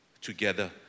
Together